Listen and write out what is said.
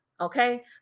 okay